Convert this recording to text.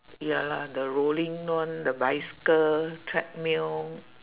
ya lah the rolling one the bicycle treadmill